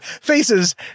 faces